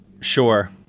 sure